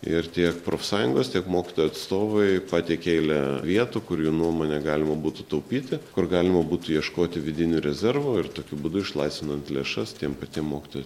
ir tiek profsąjungos tiek mokytojų atstovai pateikė eilę vietų kur jų nuomone galima būtų taupyti kur galima būtų ieškoti vidinių rezervų ir tokiu būdu išlaisvinant lėšas tiem patiem mokytojų